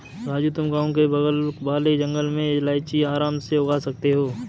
राजू तुम गांव के बगल वाले जंगल में इलायची आराम से उगा सकते हो